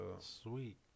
Sweet